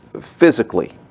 physically